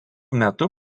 metu